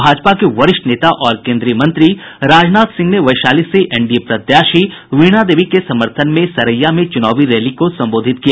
भाजपा के वरिष्ठ नेता और केन्द्रीय मंत्री राजनाथ सिंह ने वैशाली से एनडीए प्रत्याशी वीणा देवी के समर्थन में सरैया में चुनावी रैली को संबोधित किया